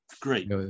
great